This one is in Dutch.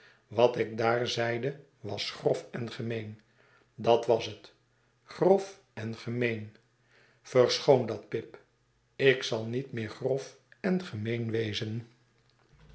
wat ik daar zeide was grof en gemeen dat was het grof en gemeen verschoon dat pip ik zal niet meer grof en gemeen wezen